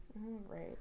right